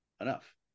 enough